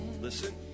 Listen